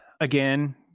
Again